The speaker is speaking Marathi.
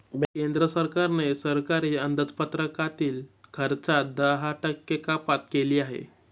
केंद्र सरकारने सरकारी अंदाजपत्रकातील खर्चात दहा टक्के कपात केली आहे